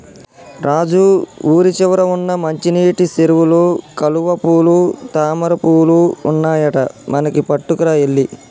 రాజు ఊరి చివర వున్న మంచినీటి సెరువులో కలువపూలు తామరపువులు ఉన్నాయట మనకి పట్టుకురా ఎల్లి